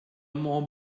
mont